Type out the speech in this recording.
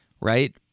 right